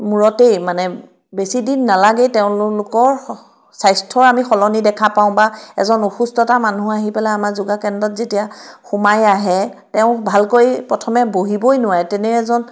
মূৰতেই মানে বেছিদিন নালাগেই তেওঁলোকৰ স্বাস্থ্য আমি সলনি দেখা পাওঁ বা এজন অসুস্থতা মানুহ আহি পেলাই আমাৰ যোগাকেন্দ্ৰত যেতিয়া সোমাই আহে তেওঁ ভালকৈ প্ৰথমে বহিবই নোৱাৰে তেনে এজন